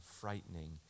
frightening